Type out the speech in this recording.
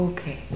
Okay